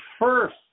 first